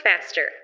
faster